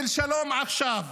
של שלום עכשיו,